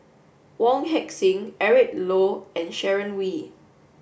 Wong Heck Sing Eric Low and Sharon Wee